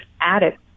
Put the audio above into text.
added